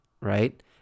right